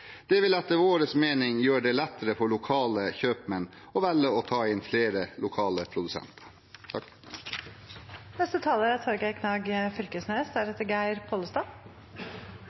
Det vil etter vår mening gjøre det lettere for lokale kjøpmenn å velge å ta inn flere lokale produsenter. Ein av dei tinga som er